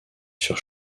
sur